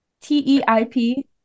t-e-i-p